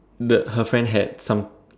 the her friend had some